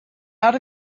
out